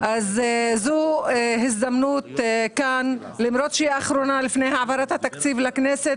אז זו הזדמנות כאן למרות שהיא האחרונה לפני העברת התקציב לכנסת,